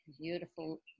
beautiful